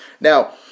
Now